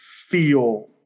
feel